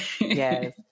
Yes